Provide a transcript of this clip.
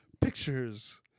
Pictures